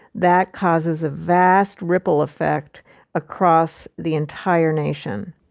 that causes a vast ripple effect across the entire nation.